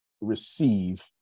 receive